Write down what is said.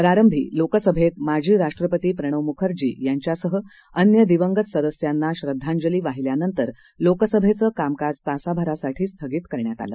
प्रारंभी लोकसभेत माजी राष्ट्रपती प्रणव मुखर्जी यांच्यासह अन्य दिवंगत सदस्यांना श्रद्वांजली वाहिल्यानंतर लोकसभेचं कामकाज तासाभरासाठी स्थगित करण्यात आलं